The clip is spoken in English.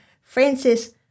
Francis